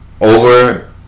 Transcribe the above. over